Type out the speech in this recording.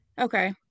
Okay